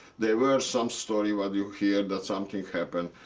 there were some story what you hear that something happened.